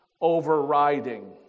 overriding